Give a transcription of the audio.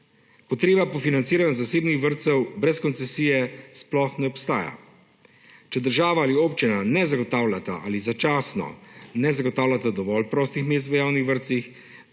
Potreba po financiranju zasebnih vrtcev brez koncesije sploh ne obstaja. Če država ali občina ne zagotavljata ali začasno ne zagotavljata dovolj prostih mest v javnih vrtcih,